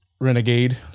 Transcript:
Renegade